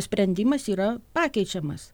sprendimas yra pakeičiamas